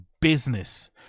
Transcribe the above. business